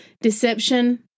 deception